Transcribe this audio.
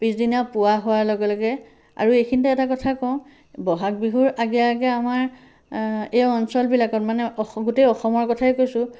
পিছদিনা পুৱা হোৱাৰ লগে লগে আৰু এইখিনিতে এটা কথা কওঁ বহাগ বিহুৰ আগে আগে আমাৰ এই অঞ্চলবিলাকত মানে গোটেই অসমৰ কথাই কৈছোঁ